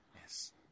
Yes